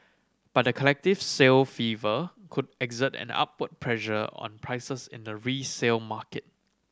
but the collective sale fever could exert an upward pressure on prices in the resale market